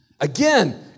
Again